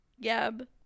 gab